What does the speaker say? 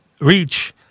reach